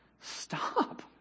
Stop